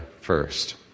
first